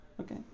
Okay